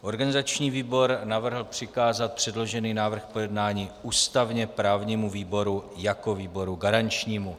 Organizační výbor navrhl přikázat předložený návrh k projednání ústavněprávnímu výboru jako výboru garančnímu.